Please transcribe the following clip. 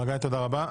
תודה רבה.